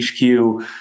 HQ